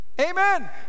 Amen